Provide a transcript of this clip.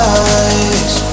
eyes